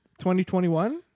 2021